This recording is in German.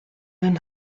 dann